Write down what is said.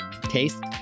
Taste